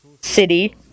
city